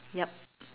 yup